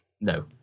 No